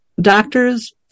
doctors